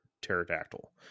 pterodactyl